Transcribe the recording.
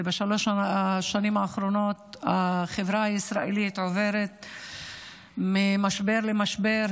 ובשלוש השנים האחרונות החברה הישראלית עוברת ממשבר למשבר,